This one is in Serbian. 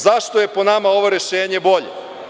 Zašto je po nama ovo rešenje bolje?